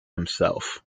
himself